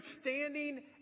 standing